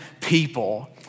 people